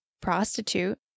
prostitute